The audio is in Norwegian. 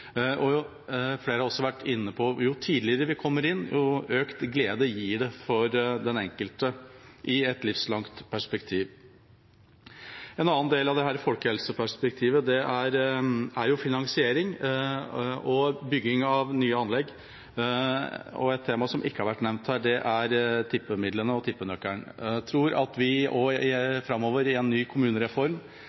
og flere har også vært inne på at jo tidligere vi kommer inn, jo mer glede gir det for den enkelte i et livslangt perspektiv. En annen del av dette folkehelseperspektivet er finansiering og bygging av nye anlegg, og et tema som ikke har vært nevnt her, er tippemidlene og tippenøkkelen. Jeg tror at vi framover, når vi med en ny kommunereform